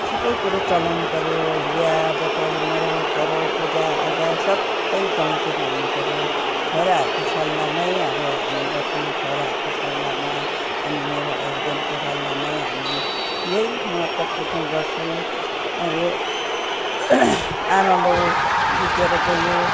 सबै कुरो चलाउनु पर्यो बिहाबटुल मरौपरौँ पूजाआज सबै गाउँतिर हिँड्नु पर्यो छोराहरूको सल्लाहमै अब हामी गर्छौँ छोराहरूको सल्लाहमा अनि मेरो हस्बेन्डको सल्लाहमै हामी यही महत्त्वपूर्ण गर्छु अब आमा बाउ बितेर गयो